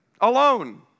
Alone